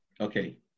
Okay